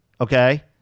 okay